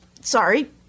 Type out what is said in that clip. Sorry